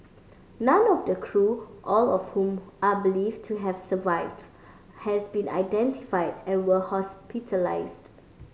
none of the crew all of whom are believed to have survived has been identified and were hospitalised